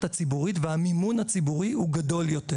הציבורית והמימון הציבורי הוא גדול יותר.